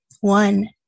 one